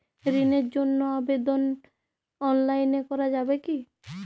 ঋণের জন্য আবেদন অনলাইনে করা যাবে কি?